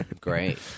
great